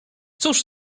cóż